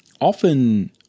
often